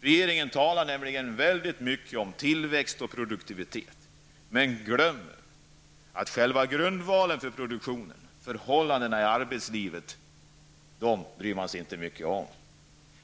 Regeringen talar mycket om tillväxt och produktivitet, men man bryr sig inte om själva grundvalen för produktionen, dvs. förhållandena i arbetslivet.